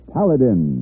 Paladin